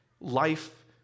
Life